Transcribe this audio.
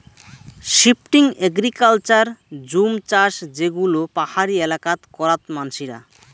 shifting agriculture জুম চাষ যে গুলো পাহাড়ি এলাকাত করাত মানসিরা